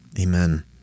Amen